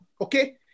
Okay